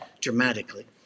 dramatically